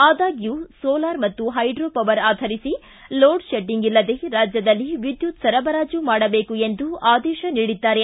ಆದಾಗ್ಭೂ solar ಮತ್ತು hydro power ಆಧರಿಸಿ load shedding ಇಲ್ಲದೆ ರಾಜ್ಯದಲ್ಲಿ ವಿದ್ಯುತ್ ಸರಬರಾಜು ಮಾಡಬೇಕು ಎಂದು ಆದೇಶ ನೀಡಿದ್ದಾರೆ